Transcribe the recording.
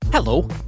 hello